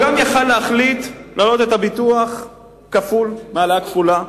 הוא גם יכול להחליט להעלות את הביטוח בהעלאה כפולה,